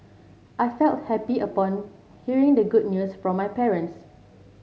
I felt happy upon hearing the good news from my parents